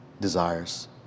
desires